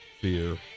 Fear